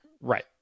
right